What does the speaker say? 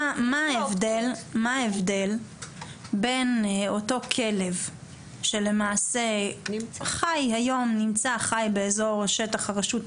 מה ההבדל בין אותו כלב שלמעשה נמצא וחי היום באזור שטח הרשות,